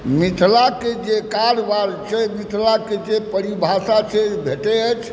मिथिलाके जे कारोबार छै मिथिलाके जे परिभाषा छै से भेटै अछि